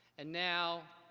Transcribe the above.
and now,